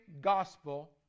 gospel